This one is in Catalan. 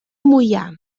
moià